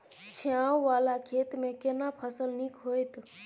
छै ॉंव वाला खेत में केना फसल नीक होयत?